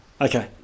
Okay